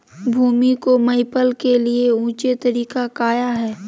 भूमि को मैपल के लिए ऊंचे तरीका काया है?